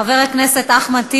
חבר הכנסת אחמד טיבי,